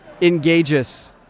engages